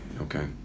Okay